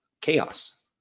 chaos